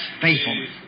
faithfulness